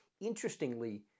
Interestingly